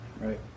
Right